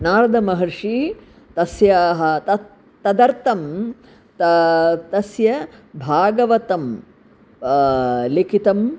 नारद महर्षिणा तस्यः तत् तदर्थं त तस्य भागवतं लिखितम्